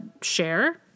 share